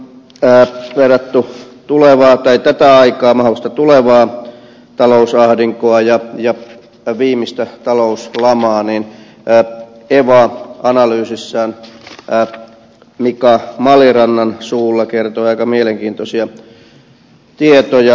mutta kun on verrattu tätä aikaa mahdollista tulevaa talousahdinkoa ja viimeistä talouslamaa niin evan analyysissä mika malirannan suulla kerrottiin aika mielenkiintoisia tietoja